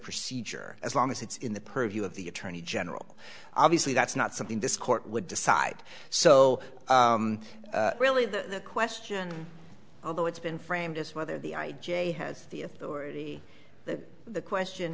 procedure as long as it's in the purview of the attorney general obviously that's not something this court would decide so really the question although it's been framed as whether the i j has the authority the question